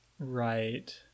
right